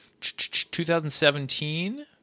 2017